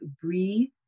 Breathe